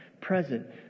present